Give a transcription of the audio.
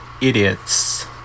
Idiots